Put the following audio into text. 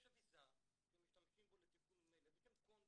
יש אביזר שמשתמשים בו לתיקון מומי לב בשם קונדוויט.